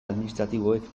administratiboek